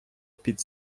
під